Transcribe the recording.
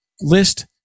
list